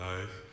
Life